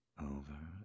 over